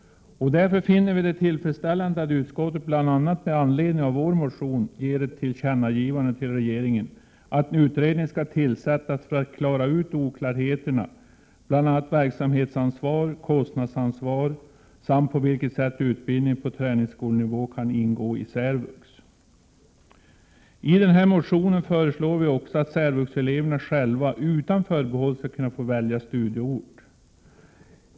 Därför finner vi det tillfredsställande att utskottet, bl.a. med anledning av vår motion, föreslår ett tillkännagivande till regeringen om att en utredning skall tillsättas för att klara ut oklarheterna, bl.a. verksamhetsansvar och kostnadsansvar samt på vilket sätt utbildningen på träningsskolenivå kan ingå i särvux. I motionen föreslår vi också att särvuxeleverna själva utan förbehåll skall få välja studieort.